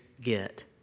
get